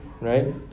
right